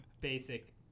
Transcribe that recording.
basic